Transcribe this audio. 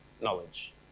knowledge